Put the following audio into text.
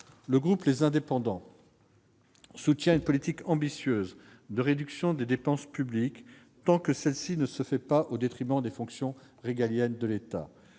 le groupe Les Indépendants soutient une politique ambitieuse de réduction des dépenses publiques, tant que celle-ci ne se fait pas au détriment des fonctions régaliennes de l'État.